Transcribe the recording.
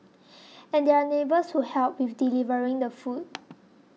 and there are neighbours who help with delivering the food